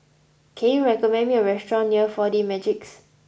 can you recommend me a restaurant near four D Magix